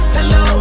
Hello